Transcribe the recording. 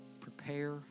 prepare